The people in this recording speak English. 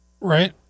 right